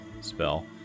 spell